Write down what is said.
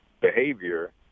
behavior